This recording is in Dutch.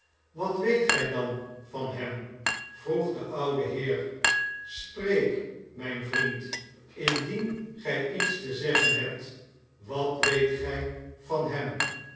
wat weet gij dan van hem vroeg de oude heer spreek mijn vriend indien gij iets te zeggen hebt wat weet gij van hem